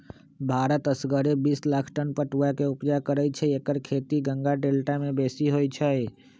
भारत असगरे बिस लाख टन पटुआ के ऊपजा करै छै एकर खेती गंगा डेल्टा में बेशी होइ छइ